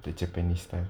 the japanese style